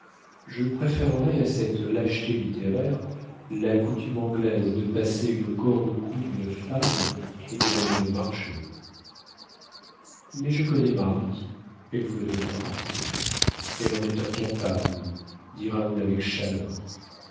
je préférerais à cette lâcheté littéraire la coutume anglaise de passer une corde au cou d'une femme et de la mener au marché mais je connais marie elle vous le demandera elle en est incapable dit raoul avec chaleur